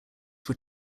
were